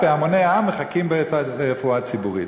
והמוני העם מחכים ברפואה הציבורית.